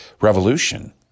revolution